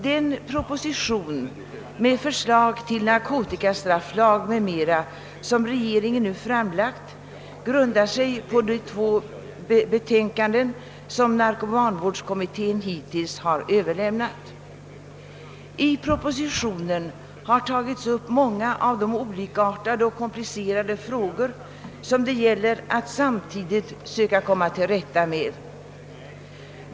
Den proposition med förslag till narkotikastrafflag m.m. som regeringen nu framlagt grundar sig på de två betänkanden som narkomanvårdskommittén hittills har avgivit. I propositionen har behandlats många av de olikartade och komplicerade frågor som det gäller att samtidigt söka komma till rätta med.